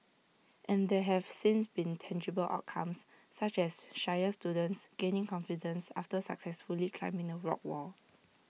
and there have since been tangible outcomes such as shyer students gaining confidence after successfully climbing the rock wall